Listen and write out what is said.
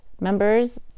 members